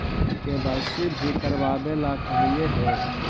KYC भी करवावेला कहलिये हे?